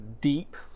Deep